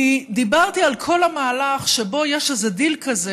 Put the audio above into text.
כי דיברתי על כל המהלך שבו יש איזה דיל כזה,